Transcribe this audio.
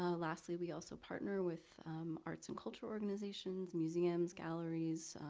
ah lastly, we also partner with arts and cultural organizations, museums, galleries,